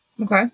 Okay